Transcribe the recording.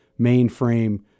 mainframe